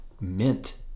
Mint